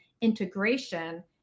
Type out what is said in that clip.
integration